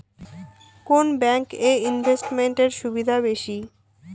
কোন ব্যাংক এ ইনভেস্টমেন্ট এর সুবিধা বেশি?